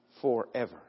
forever